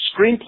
screenplay